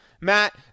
Matt